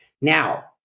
now